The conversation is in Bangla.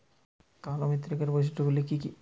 কালো মৃত্তিকার বৈশিষ্ট্য গুলি কি কি?